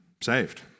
saved